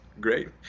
great